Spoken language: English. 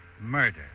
murder